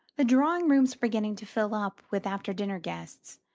the drawing-rooms were beginning to fill up with after-dinner guests,